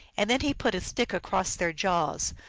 and then he put a stick across their jaws,